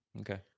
Okay